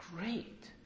great